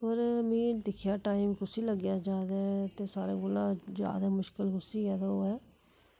होर मि दिक्खेआ टाइम कुसी लग्गेआ ज्यादा ते सारें कोलां ज्यादा मुश्कल कुसी ऐ ते ओह् ऐ